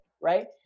Right